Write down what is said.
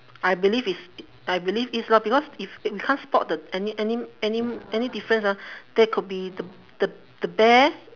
I believe is I believe is lor because if if we can't spot the any any any any difference ah there could be the the the bear